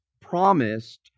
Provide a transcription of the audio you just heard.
promised